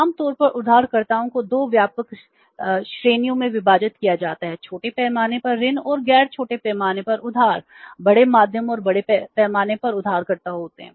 आम तौर पर उधारकर्ताओं को 2 व्यापक श्रेणियों में विभाजित किया जाता है छोटे पैमाने पर ऋण और गैर छोटे पैमाने पर उधार बड़े मध्यम और बड़े पैमाने पर उधारकर्ता होते हैं